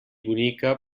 bonica